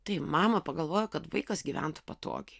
tai mama pagalvojo kad vaikas gyventų patogiai